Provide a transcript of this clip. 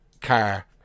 car